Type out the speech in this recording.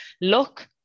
look